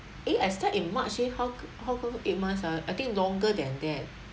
eh I start in march eh how how come eight months ah I think longer than that